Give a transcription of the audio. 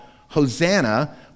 Hosanna